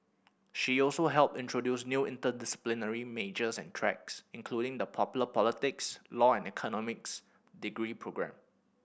she also helped introduce new interdisciplinary majors and tracks including the popular politics law and economics degree programme